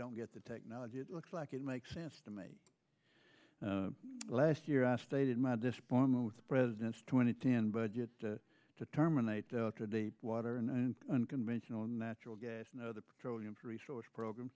don't get the technology it looks like it makes sense to me last year i stated my disappointment with the president's twenty ten budget to terminate to the water and unconventional natural gas and other petroleum for resource program